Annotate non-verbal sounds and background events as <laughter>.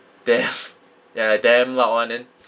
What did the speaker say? damn <laughs> ya damn loud [one] then